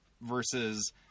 versus